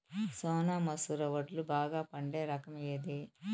సోనా మసూర వడ్లు బాగా పండే రకం ఏది